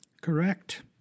Correct